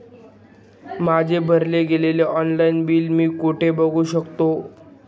माझे भरले गेलेले ऑनलाईन बिल मी कुठे बघू शकतो?